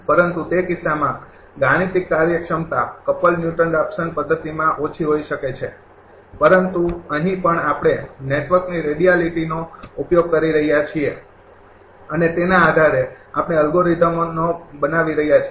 પરંતુ તે કિસ્સામાં ગાણિતિક કાર્યક્ષમતા ક્પ્લડ ન્યુટન રાફસન પદ્ધતિમાં ઓછી હોઈ શકે છે પરંતુ અહીં આપણે નેટવર્કની રેડિયાલિટીનો ઉપયોગ કરી રહ્યા છીએ અને તેના આધારે આપણે અલ્ગોરિધમનો બનાવી રહ્યા છીએ